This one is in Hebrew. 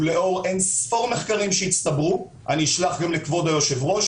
ולאור אין-ספור מחקרים שהצטברו אני אשלח גם לכבוד היושב-ראש